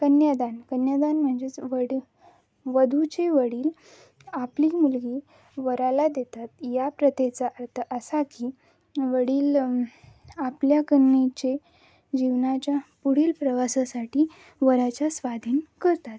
कन्यादान कन्यादान म्हणजेच वर वधूचे वडील आपली मुलगी वराला देतात या प्रथेचा अर्थ असा की वडील आपल्या कन्येचे जीवनाच्या पुढील प्रवासासाठी वराच्या स्वाधीन करतात